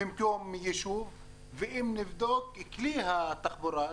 ממקום יישוב ואם נבדוק את כלי התחבורה,